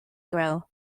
grow